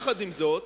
עם זאת,